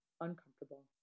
uncomfortable